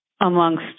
amongst